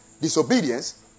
Disobedience